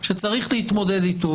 שצריך להתמודד איתו.